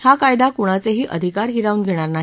हा कायदा कुणाचेही अधिकार हिरावून घेणार नाही